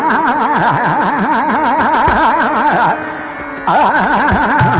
aa aa